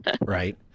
Right